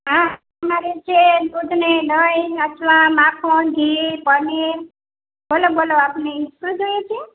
હા અમારે જે દૂધ ને દહીં ને અથવા માખણ ઘી પનીર બોલો બોલો આપને એ શું જોઈએ છે